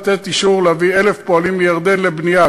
לתת אישור להביא 1,000 פועלים מירדן לבנייה,